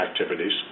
activities